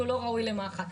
לא ראוי למאכל.